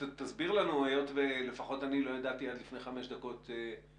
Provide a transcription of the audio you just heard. תסביר לנו לפחות אני לא ידעתי עד לפני חמש שנים שיש